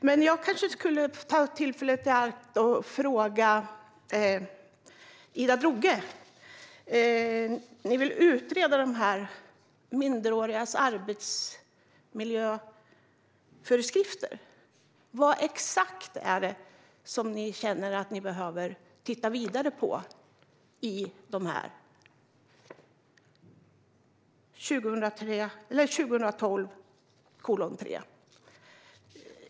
Men då kan jag ta tillfället i akt att ställa en fråga till Ida Drougge. Ni vill utreda de minderårigas arbetsmiljöföreskrifter. Vad exakt är det som ni känner att ni behöver titta vidare på i AFS 2012:3?